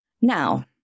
Now